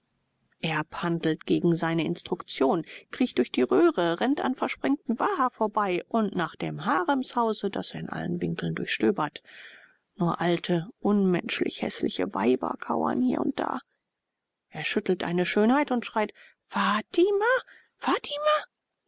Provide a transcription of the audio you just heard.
erb handelt gegen seine instruktion kriecht durch die röhre rennt an versprengten waha vorbei und nach dem haremshause das er in allen winkeln durchstöbert nur alte unmenschlich häßliche weiber kauern hier und da er schüttelt eine schönheit und schreit fati ma fatima